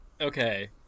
Okay